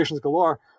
galore